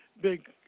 big